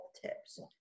tips